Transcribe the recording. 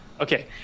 Okay